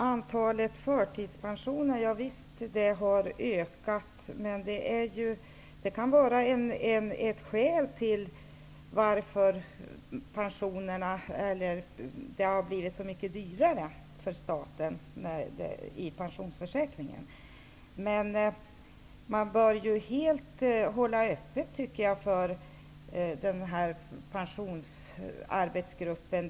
Antalet förtidspensionerade har ökat. Det kan vara en orsak till att pensionsförsäkringen har blivit så mycket dyrare för staten. Jag tycker dock att man bör hålla öppet för pensionsarbetsgruppen.